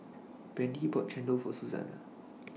Brandie bought Chendol For Suzanna